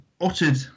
uttered